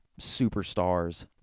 superstars